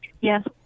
Yes